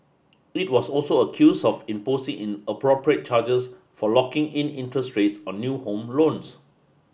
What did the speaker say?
it was also accuse of imposing inappropriate charges for locking in interest rates on new home loans